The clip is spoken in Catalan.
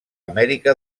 amèrica